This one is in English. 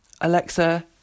alexa